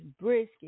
brisket